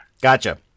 gotcha